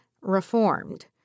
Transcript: reformed